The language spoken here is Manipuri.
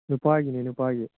ꯅꯨꯄꯥꯒꯤꯅꯦ ꯅꯨꯄꯥꯒꯤ